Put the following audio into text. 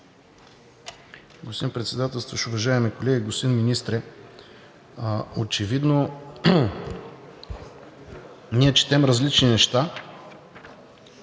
Господин Председателстващ, уважаеми колеги! Господин Министре, очевидно ние четем различни неща